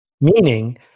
Meaning